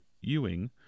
Ewing